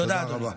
תודה רבה.